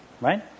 right